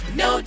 no